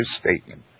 statement